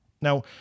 Now